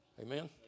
Amen